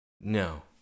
No